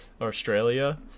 Australia